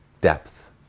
depth